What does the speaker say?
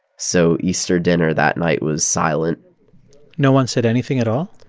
so easter dinner that night was silent no one said anything at all?